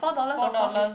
four dollars